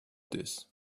this